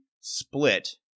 split